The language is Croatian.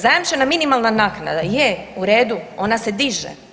Zajamčena minimalna naknada, je u redu, ona se diže.